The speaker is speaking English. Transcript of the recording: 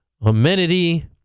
amenity